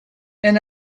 and